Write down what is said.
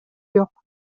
жок